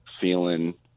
feeling